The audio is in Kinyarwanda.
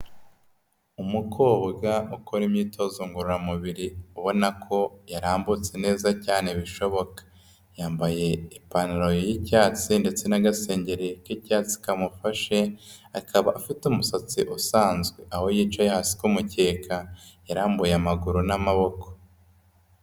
Umukobwa ukora imyitozo ngororamubiri ubona ko yarambutse neza cyane bishoboka, yambaye ipantaro y'icyatsi ndetse n'agasengeri k'icyatsi kamufashe, akaba afite umusatsi usanzwe, aho yicaye hasi ko mukeka yarambuye amaguru n'amaboko.